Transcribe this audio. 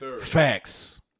Facts